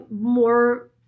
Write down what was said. more